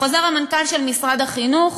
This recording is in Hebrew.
בחוזר המנכ"ל של משרד החינוך